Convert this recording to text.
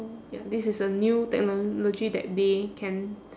mm ya this is the new technology that they can